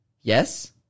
Yes